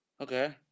Okay